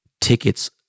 tickets